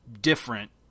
Different